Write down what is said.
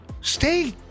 Stay